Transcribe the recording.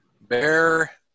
bear